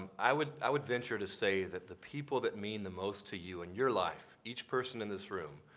i would i would venture to say that the people that mean the most to you in your life, each person in this room,